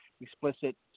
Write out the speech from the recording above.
explicit